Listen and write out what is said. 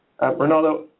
Ronaldo